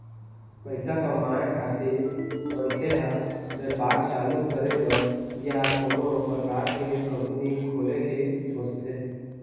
पइसा कमाए खातिर मनखे ह बेपार चालू करे बर या कोनो परकार के कंपनी खोले के सोचथे